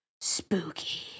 Spooky